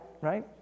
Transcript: right